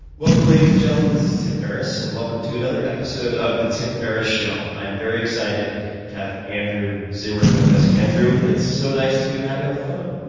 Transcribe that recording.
welcome, ladies and gentlemen! this is tim ferriss. and welcome to another episode of the tim ferriss show. i'm very excited to have andrew zimmern with us. andrew, it is so nice to have you on the phone.